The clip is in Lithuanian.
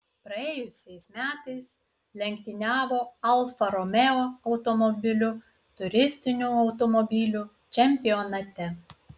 praėjusiais metais lenktyniavo alfa romeo automobiliu turistinių automobilių čempionate